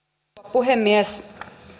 puhemies